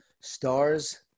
stars